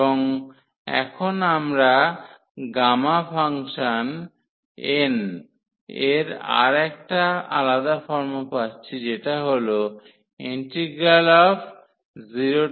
এবং এখন আমরা গামা ফাংশন function n এর একটা আলাদা ফর্মও পাচ্ছি যেটা হল 0e xxn 1dx